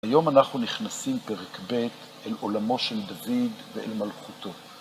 היום אנחנו נכנסים פרק ב' אל עולמו של דוד ואל מלכותו.